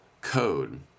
code